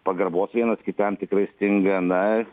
pagarbos vienas kitam tikrai stinga na